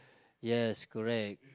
yes correct